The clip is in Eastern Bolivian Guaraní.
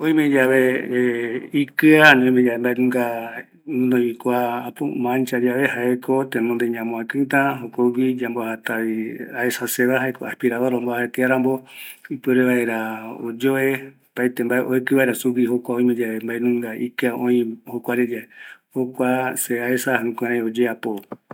Oime yave ikɨa, oime yave guinoi mancha, jaeko tenonde ñamoakɨta, jokogui aspiradora omboajata iarambo, opa vaera oyoe, oekɨ vaera sugui mbanunga ikɨava guinoiva